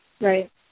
Right